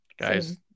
Guys